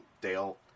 Dale